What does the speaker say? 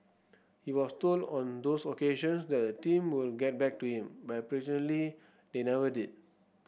he was told on those occasions that the team will get back to him but apparently they never did